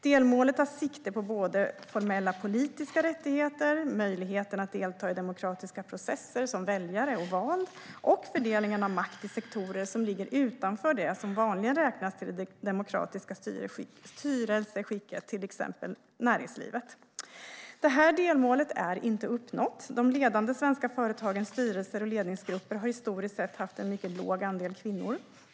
Delmålet tar sikte på både formella politiska rättigheter, såsom möjligheten att delta i demokratiska processer som väljare och vald, och fördelningen av makt i sektorer som ligger utanför det som vanligen räknas till det demokratiska styrelseskicket, till exempel näringslivet. Detta delmål är inte uppnått. De ledande svenska företagens styrelser och ledningsgrupper har historiskt sett haft en mycket låg andel kvinnor.